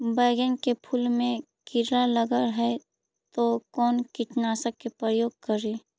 बैगन के फुल मे कीड़ा लगल है तो कौन कीटनाशक के प्रयोग करि?